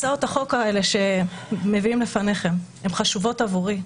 הצעות החוק האלה שמביאים לפניכם, הן חשובות עבורי,